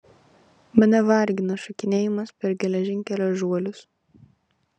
mane vargina šokinėjimas per geležinkelio žuolius